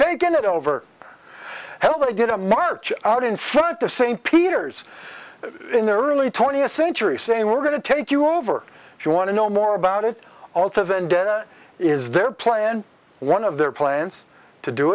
taken it over hell they did a march out in front of st peter's in the early twentieth century saying we're going to take you over if you want to know more about it all to vendetta is their plan one of their plans to do